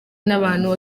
n’abantu